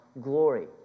glory